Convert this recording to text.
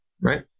right